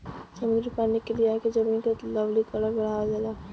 समुद्री पानी के लियाके भी जमीन क लवणीकरण बढ़ावल जाला